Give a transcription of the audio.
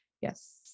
yes